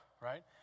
right